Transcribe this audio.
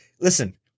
Listen